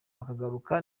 bakagaruka